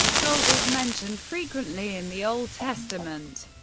gold is mentioned frequently in the old testament,